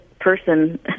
person